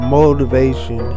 motivation